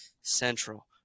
Central